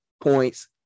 points